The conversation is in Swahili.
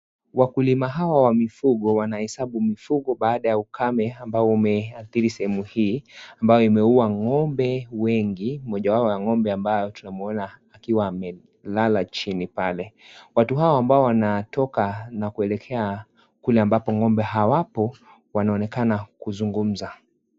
Wakulima Hawa wa mifugo wanahesabu mifugo baada ya ukame ambao umeathiri sehemu hii, ambao umejua ng'ombe wengi, mojawao ya ng'ombe ambaye tunamuona akiwa amelala chini pale. Watu hao ambao wanatoka na kuelekea kule ambapo ng'ombe hawapo, wanaonekana kuzungumza